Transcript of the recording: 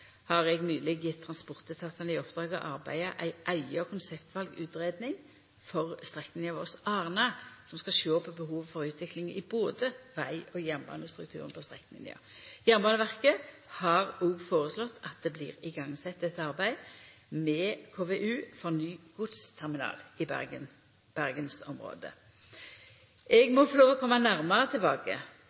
har eg nyleg gjeve transportetatane i oppdrag å utarbeida ei eiga konseptutvalutgreiing for strekninga Voss–Arna, som skal sjå på behov for utvikling i både veg- og jernbanestrukturen på strekninga. Jernbaneverket har òg føreslått at det blir sett i gang eit arbeid med KVU for ny godsterminal i bergensområdet. Eg må få lov til å koma nærmare tilbake